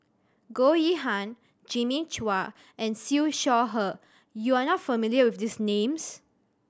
Goh Yihan Jimmy Chua and Siew Shaw Her you are not familiar with these names